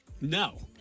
No